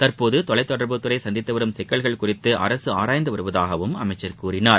தற்போது தொலைத்தொடர்புத் துறை சந்தித்து வரும் சிக்கல்கள் குறித்து அரசு ஆராய்ந்து வருவதாகவும் அமைச்சர் கூறினார்